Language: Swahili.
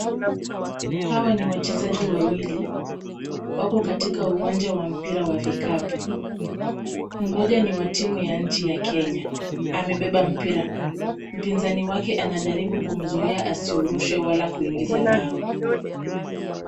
Hawa ni wachezaji wawili wako katika uwanja wa mpira wa vikapu, mmoja ni wa timu ya nchi ya Kenya, amebeba mpira, mpinzani wake anajaribu kumzuia asiurushe au kuingiza mbao.